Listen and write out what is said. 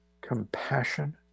compassion